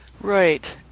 Right